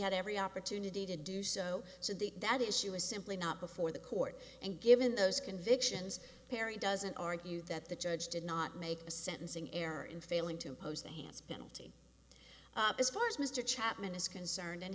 had every opportunity to do so so the that issue is simply not before the court and given those convictions perry doesn't argue that the judge did not make a sentencing error in failing to impose the hance penalty as far as mr chapman is concerned